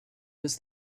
was